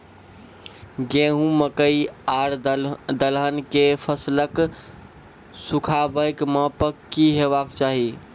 गेहूँ, मकई आर दलहन के फसलक सुखाबैक मापक की हेवाक चाही?